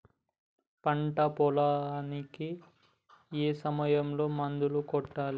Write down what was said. పంట పొలానికి ఏ సమయంలో మందులు కొట్టాలి?